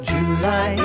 July